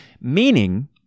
meaning